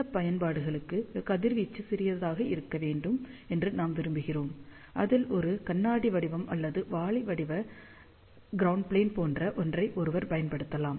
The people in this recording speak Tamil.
சில பயன்பாடுகளுக்கு கதிர்வீச்சு சிறியதாக இருக்க வேண்டும் என்று நாம் விரும்புகிறோம் அதில் ஒரு கண்ணாடி வடிவம் அல்லது வாளி வடிவ க்ரௌண்ட் ப்ளேன் போன்ற ஒன்றை ஒருவர் பயன்படுத்தலாம்